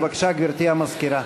בבקשה, גברתי המזכירה.